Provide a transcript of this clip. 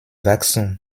wachstum